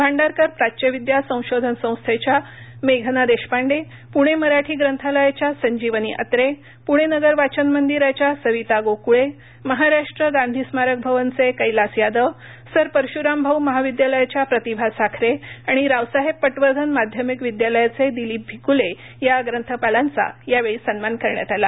भांडारकर प्राच्य विद्या संशोधन संस्थेच्या मेघना देशपांडे पुणे मराठी ग्रंथालयाच्या संजीवनी अत्रे पुणे नगर वाचन मंदिराच्या सविता गोकुळे महाराष्ट्र गांधी स्मारक भवनचे कैलास यादव सर परशुरामभाऊ महाविद्यालयाच्या प्रतिभा साखरे आणि रावसाहेब पटवर्धन माध्यमिक विद्यालयाचे दिलीप भिकूले या ग्रंथपालांचा यावेळी सन्मान करण्यात आला